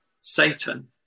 Satan